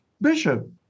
Bishop